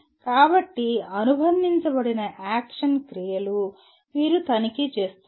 కాబట్టి అనుబంధించబడిన యాక్షన్ క్రియలు మీరు తనిఖీ చేస్తున్నారు